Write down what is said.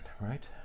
right